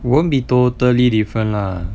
won't be totally different lah